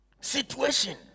situation